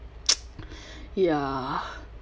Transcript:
ya